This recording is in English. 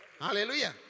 Hallelujah